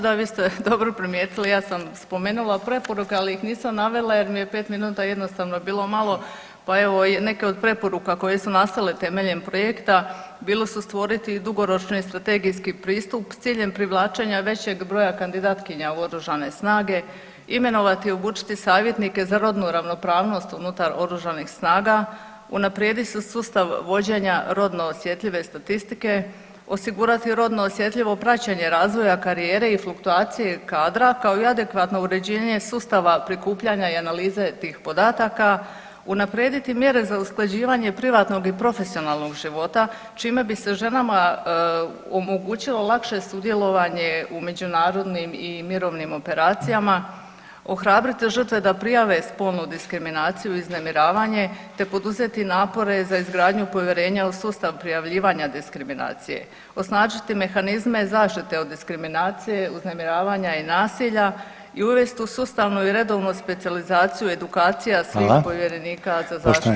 Da, vi ste dobro primijetili, ja sam spomenula preporuke, ali ih nisam navela jer mi je 5 minuta jednostavno bilo malo pa evo, neke od preporuka koje su nastale temeljem projekte bile su stvoriti dugoročni strategijski pristup s ciljem privlačenja većeg broja kandidatkinja u OSRH, imenovati i obučiti savjetnike za rodnu ravnopravnost unutar OSRH, unaprijediti sustav vođenja rodno osjetljive statistike, osigurati rodno osjetljivo praćenje razvoja karijere i fluktuacije kadra, kao i adekvatno uređivanje sustava prikupljanja i analize tih podataka, unaprijediti mjere za usklađivanje privatnog i profesionalnog života, čime bi se ženama omogućilo lakše sudjelovanje u međunarodnim i mirovnim operacijama, ohrabriti žrtve da prijave spolnu diskriminaciju i uznemiravanje te poduzeti napore za izgradnju povjerenja u sustav prijavljivanja diskriminacije, osnažiti mehanizme zaštite od diskriminacije, uznemiravanja i nasilja i uvesti u sustavu i redovni specijalizaciju edukacija svih povjerenika [[Upadica: Hvala.]] za zaštitu dostojanstva.